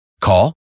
Call